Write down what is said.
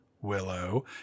Willow